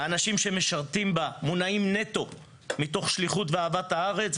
האנשים שמשרתים בה מונעים נטו מתוך שליחות ואהבת הארץ,